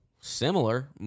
Similar